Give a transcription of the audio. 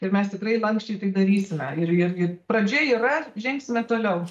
ir mes tikrai lanksčiai tai darysime ir ir ir pradžia yra žengsime toliau